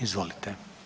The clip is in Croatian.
Izvolite.